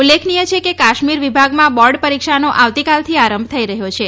ઉલ્લેખનિય છે કે કાશ્મીર વિભાગમાં બોર્ડ પરીક્ષાનો આવતીકાલથી આરંભ થઈ રહ્યો છે